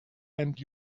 and